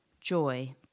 joy